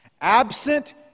Absent